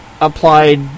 applied